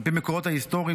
על פי המקורות ההיסטוריים,